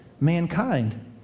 mankind